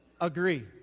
agree